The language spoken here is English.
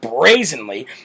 brazenly